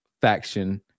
faction